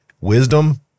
wisdom